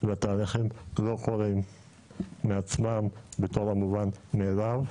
והתהליכים לא קורים מעצמם בתוך המובן מאליו,